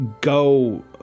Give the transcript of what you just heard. go